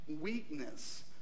Weakness